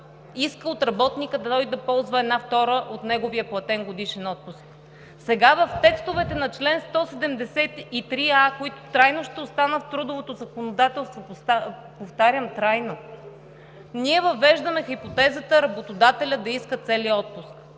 иска от работника той да ползва една втора от неговия платен годишен отпуск. Сега в текстовете на чл. 173а, които трайно ще останат в трудовото законодателство, повтарям, трайно, ние въвеждаме хипотезата работодателят да иска целия отпуск